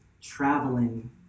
traveling